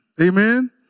Amen